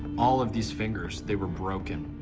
all of these fingers, they were broken,